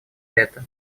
это